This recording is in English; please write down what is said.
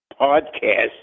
podcast